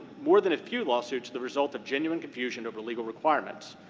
more than a few lawsuits, the result of genuine confusion over legal requirements.